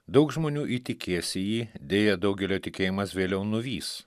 daug žmonių įtikės į jį deja daugelio tikėjimas vėliau nuvys